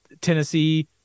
tennessee